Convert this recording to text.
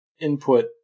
input